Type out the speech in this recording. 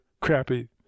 crappy